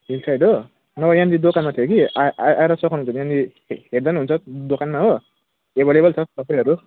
हिलसाइडमा हो म यहाँनेरि दोकानमा थिएँ कि आएर सक्नुहुन्छ भने हेर्दा नि हुन्छ दोकानमा हो एभाएलेबल छ पसलहरू